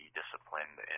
disciplined